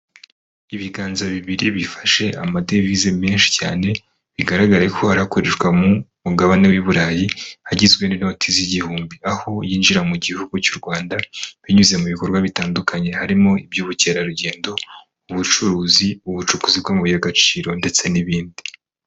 Ibiganza bibiri bifashe amadevize menshi cyane, bigaragare ko ari akoreshwa mu mugabane w'i burayi, hagizwe n'inoti z'igihumbi, aho yinjira mu gihugu cy'u Rwanda binyuze mu bikorwa bitandukanye, harimo iby'ubukerarugendo, ubucukuzi bw'amabuye y'agaciro ndetse n'ibindi.